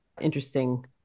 interesting